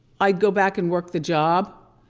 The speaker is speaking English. i'd go back and work the job,